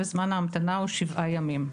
וזמן ההמתנה הוא שבעה ימים.